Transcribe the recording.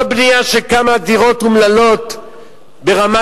לא הבנייה של כמה דירות אומללות ברמת-שלמה.